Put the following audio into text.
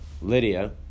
Lydia